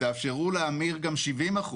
תאפשרו להמיר גם 70%,